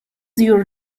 your